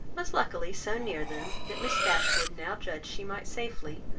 was luckily so near them that miss dashwood now judged she might safely,